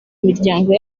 miryango